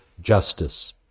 justice